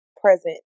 present